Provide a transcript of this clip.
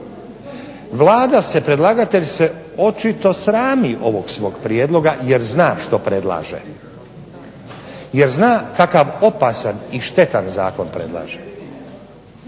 Vlada se, predlagatelj se očito srami ovog svog prijedloga jer zna što predlaže. Jer zna kakav opasan i štetan zakon predlaže.